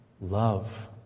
love